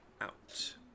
out